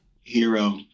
Hero